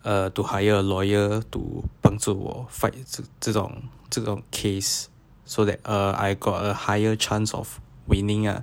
uh to hire a lawyer to 帮助我 fights 这种这种 case so that uh I got a higher chance of winning lah